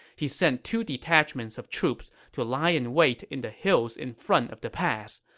he sent two detachments of troops to lie in wait in the hills in front of the pass.